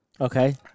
Okay